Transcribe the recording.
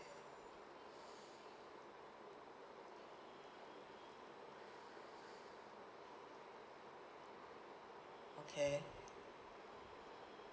okay